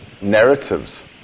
narratives